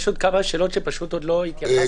יש עוד כמה שאלות שעוד לא התייחסת אליהן.